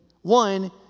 One